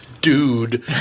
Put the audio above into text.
dude